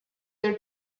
their